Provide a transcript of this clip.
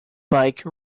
bike